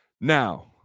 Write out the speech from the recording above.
now